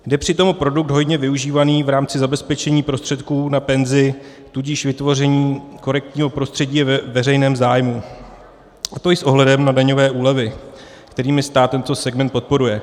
Jde přitom o produkt hojně využívaný v rámci zabezpečení prostředků na penzi, tudíž vytvoření korektního prostředí je ve veřejném zájmu, a to i s ohledem na daňové úlevy, kterými stát tento segment podporuje.